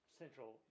central